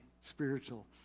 spiritual